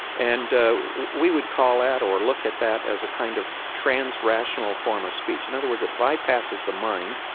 and ah we would call that or look at that as a kind of trans-rational form of speech. in other words, it bypasses the mind.